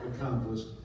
accomplished